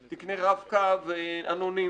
תקנה רב קו אנונימי,